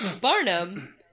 Barnum